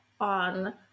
on